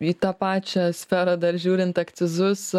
į tą pačią sferą dar žiūrint akcizus